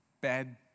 bad